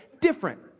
different